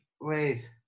Wait